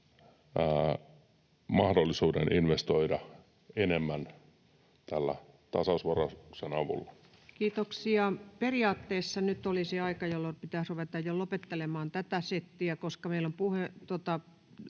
mahdollisuuden investoida enemmän tämän tasausvarauksen avulla. Kiitoksia. — Periaatteessa nyt olisi aika, jolloin pitäisi ruveta jo lopettelemaan tätä settiä, koska meillä on